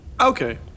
Okay